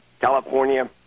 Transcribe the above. California